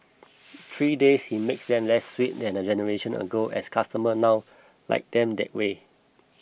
three days he makes them less sweet than a generation ago as customers now like them that way